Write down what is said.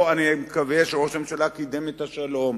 או אני מקווה שראש הממשלה קידם את השלום,